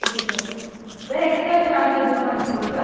okay sir வேறு extra charge எதுவும் இருக்குமா சார்